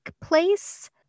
place